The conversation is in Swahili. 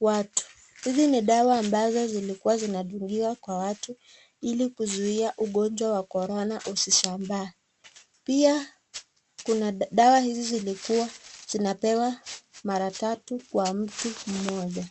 watu. Hizi ni dawa ambazo zilikuwa zinadungika kwa watu ili kuzuia ugonjwa wa Corona usisambae. Pia kuna dawa hizi zilikuwa zinapewa mara tatu kwa mtu mmoja.